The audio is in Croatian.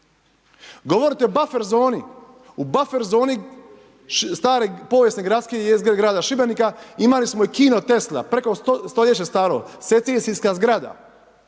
Govorite o buffer zoni. U buffer zoni stare povijesne gradske jezgre grada Šibenika imali smo i kino Tesla preko stoljeća staro, secesijska zgrada.